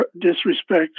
disrespect